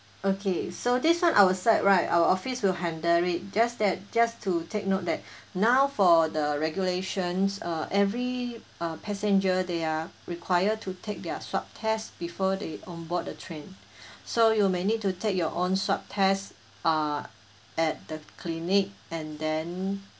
okay so this [one] our side right our office will handle it just that just to take note that now for the regulations uh every uh passenger they are required to take their swab test before they onboard the train so you may need to take your own swab test uh at the clinic and then